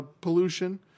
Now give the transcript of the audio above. pollution